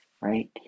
right